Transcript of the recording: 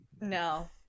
No